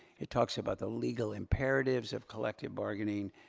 it talks about the legal imperatives of collective bargaining.